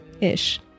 Ish